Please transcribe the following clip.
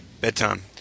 Bedtime